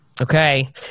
okay